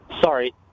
Sorry